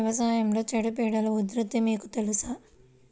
వ్యవసాయంలో చీడపీడల ఉధృతి మీకు తెలుసా?